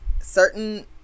certain